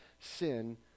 sin